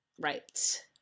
Right